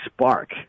spark